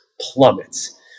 plummets